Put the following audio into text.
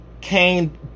Cain